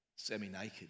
Semi-naked